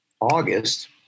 August